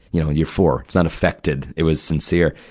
you know and you're four. it's not affected it was sincere.